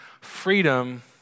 freedom